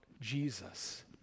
Jesus